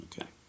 Okay